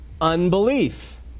unbelief